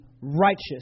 righteous